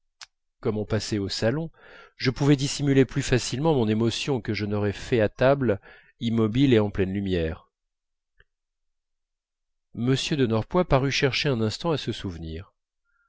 on passait au salon je pouvais dissimuler plus facilement mon émotion que je n'aurais fait à table immobile et en pleine lumière m de norpois parut chercher un instant à se souvenir